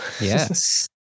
Yes